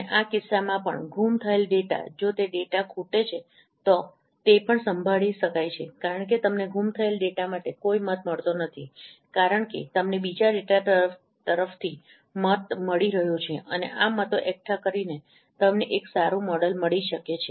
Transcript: અને આ કિસ્સામાં પણ ગુમ થયેલ ડેટા જો તે ડેટા ખૂટે છે તો તે પણ સંભાળી શકાય છે કારણ કે તમને ગુમ થયેલ ડેટા માટે કોઈ મત મળતો નથી કારણ કે તમને બીજા ડેટા તરફથી મત મળી રહ્યો છે અને આ મતો એકઠા કરીને તમને એક સારું મોડેલ મળી શકે છે